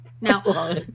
Now